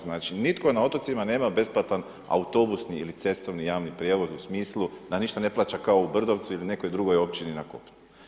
Znači nitko na otocima nema besplatan autobusni ili cestovni javni prijevoz u smislu da ništa ne plaća kao u Brdovcu ili nekoj drugoj općini na kopnu.